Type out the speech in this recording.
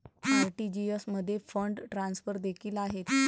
RTGS मध्ये fund transfer देखील आहेत